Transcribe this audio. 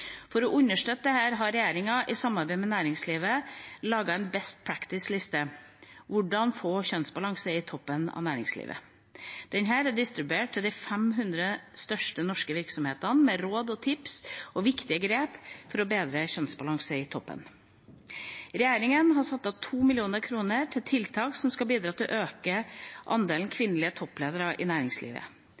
For å understøtte dette har regjeringa i samarbeid med næringslivet laget en beste praksis-liste, «Hvordan få kjønnsbalanse i toppen av næringslivet». Denne er distribuert til de 500 største norske virksomhetene med råd og tips om viktige grep for å bedre kjønnsbalansen i toppen. Regjeringa har satt av 2 mill. kr til tiltak som skal bidra til å øke andelen kvinnelige toppledere i næringslivet.